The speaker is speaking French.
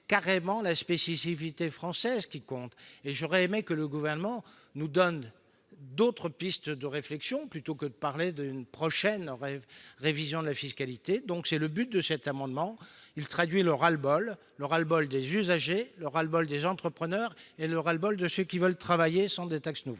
carrément la spécificité française qui compte. Aussi, j'aurais aimé que le Gouvernement nous donne d'autres pistes de réflexion plutôt que de parler d'une prochaine révision de la fiscalité. Tel est l'objet de cet amendement, qui traduit un ras-le-bol : le ras-le-bol des usagers, des entrepreneurs et de ceux qui veulent travailler sans subir de nouvelles